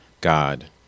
God